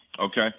Okay